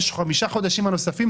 חמישה חודשים נוספים,